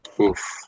Oof